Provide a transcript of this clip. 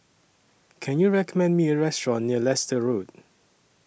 Can YOU recommend Me A Restaurant near Leicester Road